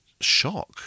shock